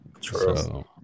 True